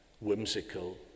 whimsical